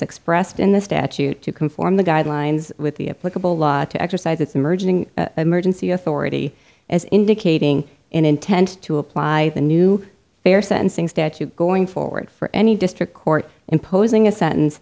expressed in the statute to conform the guidelines with the applicable law to exercise its emerging emergency authority as indicating an intent to apply the new fair sentencing statute going forward for any district court imposing a sentence